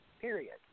Period